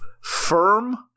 firm